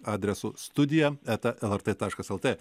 adresu studija eta lrt taškas lt